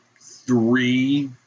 three